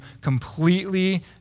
completely